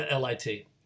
LIT